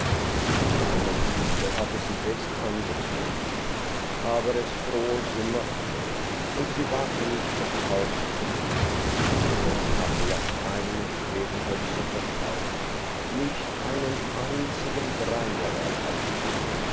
die kleinen füße hatte sie fest angezogen aber es fror sie noch mehr und sie wagte nicht nach hause zu gehen denn sie hatte ja keine schwefelhölzer verkauft nicht einen einzigen dreier erhalten